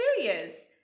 serious